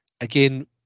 again